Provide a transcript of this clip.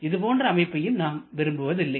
இது போன்ற அமைப்பையும் நாம் விரும்புவதில்லை